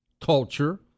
Culture